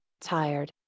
tired